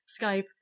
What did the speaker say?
Skype